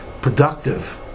productive